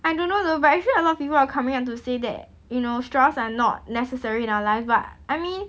I don't know though but actually a lot of people are coming out to say that you know straws are not necessary in our life but I mean